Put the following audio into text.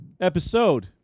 Episode